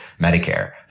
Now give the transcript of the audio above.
Medicare